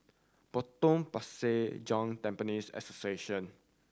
Potong Pasir Joint Temples Association